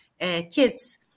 kids